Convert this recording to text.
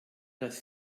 das